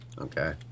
Okay